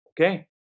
Okay